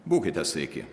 būkite sveiki